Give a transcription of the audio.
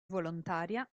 volontaria